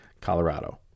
colorado